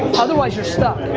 otherwise you're stuck.